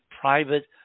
private